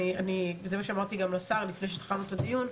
זה מה שאמרתי לשר לפני שהתחלנו את הדיון,